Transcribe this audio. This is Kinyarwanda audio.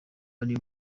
ari